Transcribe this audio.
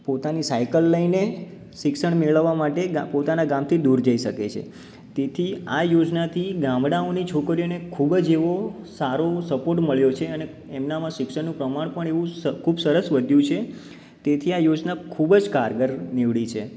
પોતાની સાઇકલ લઇને શિક્ષણ મેળવવા માટે ગા પોતાના ગામથી દૂર જઈ શકે છે તેથી આ યોજનાથી ગામડાઓની છોકરીઓને ખૂબ જ એવો સારો સપોર્ટ મળ્યો છે અને એમનામાં શિક્ષણનું પ્રમાણ પણ એવું ખૂબ સરસ વધ્યું છે તેથી આ યોજના ખૂબ જ કારગર નીવડી છે